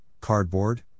cardboard